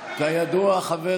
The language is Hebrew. כידוע, חבר